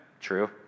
true